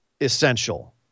essential